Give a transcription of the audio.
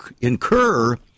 incur